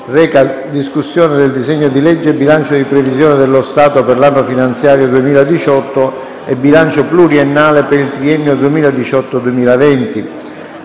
Discussione del disegno di legge: Bilancio di previsione dello Stato per l’anno finanziario 2018 e bilancio pluriennale per il triennio 2018-2020